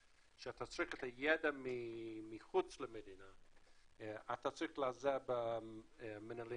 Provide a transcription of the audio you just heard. כשאתה צריך את הידע מחוץ למדינה אתה צריך להיעזר במנהלים